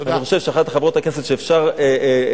אני חושב שאחת מחברות הכנסת שאפשר ללמוד